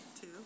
two